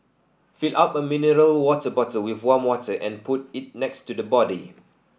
fill up a mineral water bottle with warm water and put it next to the body